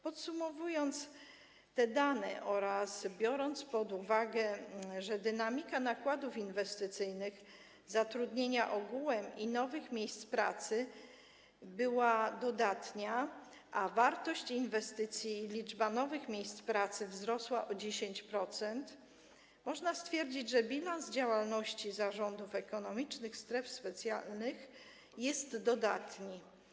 Podsumowując te dane oraz biorąc pod uwagę to, że dynamika nakładów inwestycyjnych zatrudnienia ogółem i nowych miejsc pracy była dodatnia, a wartość inwestycji i liczba nowych miejsc pracy wzrosła o 10%, można stwierdzić, że bilans działalności zarządów specjalnych stref ekonomicznych jest dodatni.